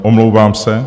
Omlouvám se.